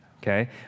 Okay